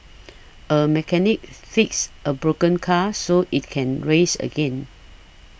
a mechanic fix a broken car so it can race again